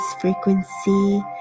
frequency